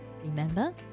remember